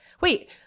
wait